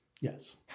Yes